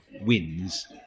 wins